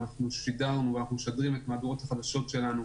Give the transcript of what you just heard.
אנחנו שידרנו ומשדרים את מהדורות החדשות שלנו